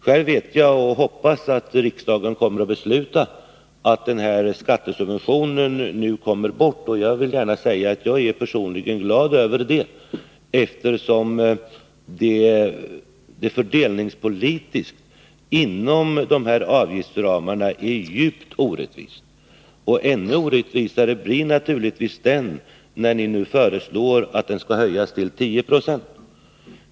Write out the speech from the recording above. Själv hoppas jag att riksdagen kommer att besluta att skattesubventionen tas bort. Personligen skulle jag bli glad över detta, eftersom den är djupt orättvis fördelningspolitiskt sett. Ännu orättvisare blir naturligtvis skattesubventionen, om den, som ni föreslår, skulle höjas till 10 26.